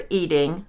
eating